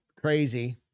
crazy